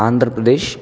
Andhra Pradesh